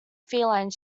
feline